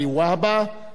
אחריו,